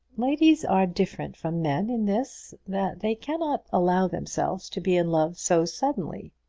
ladies are different from men in this, that they cannot allow themselves to be in love so suddenly.